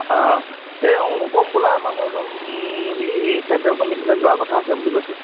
অঁ এই অনুপম বোলা মানুহ এজন সি চেণ্ট্ৰেল কমিটিলৈ যোৱাৰ কথা আছে বুলি কৈছে